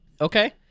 okay